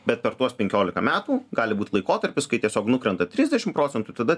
bet per tuos penkiolika metų gali būt laikotarpis kai tiesiog nukrenta trisdešimt procentų tada